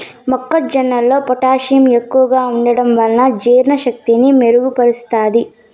మొక్క జొన్నలో పొటాషియం ఎక్కువగా ఉంటడం వలన జీర్ణ శక్తిని మెరుగు పరుస్తాది